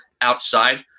outside